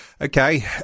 Okay